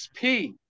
XP